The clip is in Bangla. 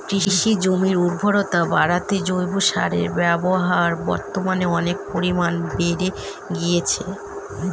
কৃষিজমির উর্বরতা বাড়াতে জৈব সারের ব্যবহার বর্তমানে অনেক পরিমানে বেড়ে গিয়েছে